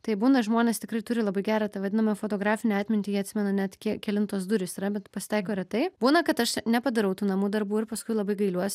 tai būna žmonės tikrai turi labai gerą tą vadinamą fotografinę atmintį jie atsimena net kie kelintos durys yra bet pasitaiko retai būna kad aš nepadarau tų namų darbų ir paskui labai gailiuos